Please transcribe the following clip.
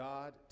God